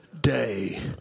day